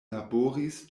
laboris